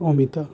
Amita